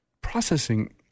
processing